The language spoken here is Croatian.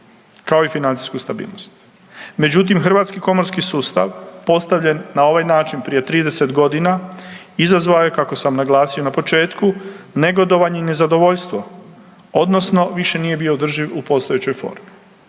kao i financijsku stabilnost. Međutim, hrvatski komorski sustav postavljen na ovaj način prije 30 godina izazvao je, kako sam naglasio na početku, negodovanje i nezadovoljstvo odnosno više nije bio održiv u postojećoj formi.